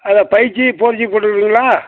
அதில் five G four G போட்டுக்குறீங்களா